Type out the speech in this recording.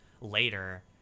later